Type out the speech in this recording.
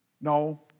No